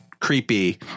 creepy